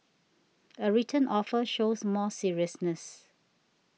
a written offer shows more seriousness